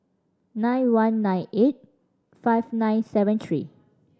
nine one nine eight five nine seven three